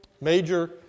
major